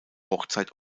hochzeit